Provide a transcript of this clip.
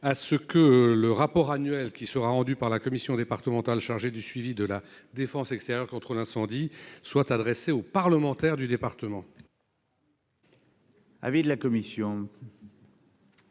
à ce que le rapport annuel qui sera rendu par la commission départementale chargée du suivi de la défense extérieure contre l'incendie soit adressé aux parlementaires du département.